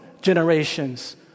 generations